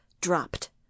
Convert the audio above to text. dropped